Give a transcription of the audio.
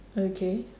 okay